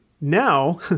Now